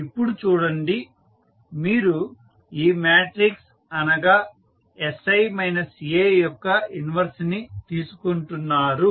ఇప్పుడు చూడండి మీరు ఈ మ్యాట్రిక్స్ అనగా sI A యొక్క ఇన్వర్స్ ని తీసుకుంటున్నారు